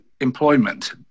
employment